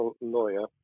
lawyer